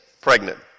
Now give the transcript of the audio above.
pregnant